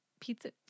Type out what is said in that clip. Pizza